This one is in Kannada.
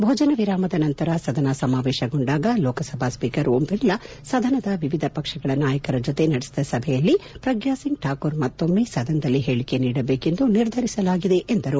ಭೋಜನ ವಿರಾಮದ ನಂತರ ಸದನ ಸಮಾವೇಶಗೊಂಡಾಗ ಲೋಕಸಭಾ ಸ್ವೀಕರ್ ಓಂ ಬಿರ್ಲಾ ಸದನದ ವಿವಿಧ ಪಕ್ಷಗಳ ನಾಯಕರ ಜೊತೆ ನಡೆಸಿದ ಸಭೆಯಲ್ಲಿ ಪ್ರಗ್ನಾ ಸಿಂಗ್ ಠಾಕೂರ್ ಮತ್ತೊಮ್ನೆ ಸದನದಲ್ಲಿ ಹೇಳಿಕೆ ನೀಡಬೇಕೆಂದು ನಿರ್ಧರಿಸಲಾಗಿದೆ ಎಂದರು